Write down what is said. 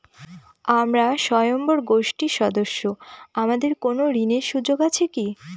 আমরা স্বয়ম্ভর গোষ্ঠীর সদস্য আমাদের কোন ঋণের সুযোগ আছে কি?